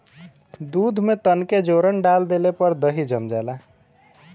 दूध में तनके जोरन डाल देले पर दही जम जाला